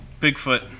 Bigfoot